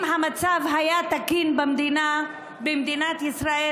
אם המצב היה תקין במדינת ישראל,